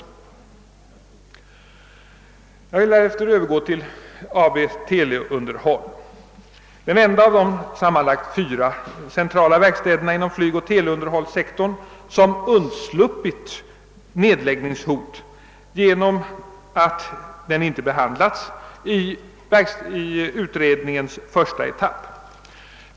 Härefter vill jag övergå till AB Teleunderhåll, den enda av de sammanlagt fyra centrala verkstäderna inom flygoch teleunderhållssektorn som undsluppit nedläggningshot genom att den inte har behandlats i verkstadsutredningens första etapp.